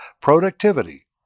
productivity